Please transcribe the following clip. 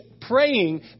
praying